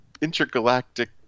intergalactic